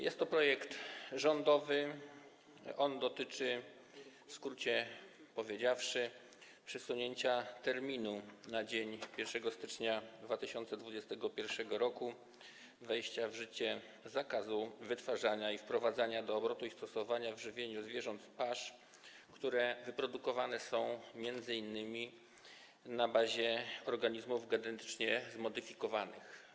Jest to projekt rządowy, który dotyczy, w skrócie powiedziawszy, przesunięcia terminu na dzień 1 stycznia 2021 r. wejścia w życie zakazu wytwarzania, wprowadzania do obrotu i stosowania w żywieniu zwierząt pasz, które wyprodukowane są m.in. na bazie organizmów genetycznie zmodyfikowanych.